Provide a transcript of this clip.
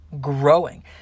growing